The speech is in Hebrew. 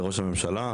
לראש הממשלה,